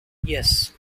yes